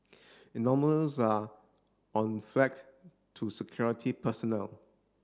are flagged to security personnel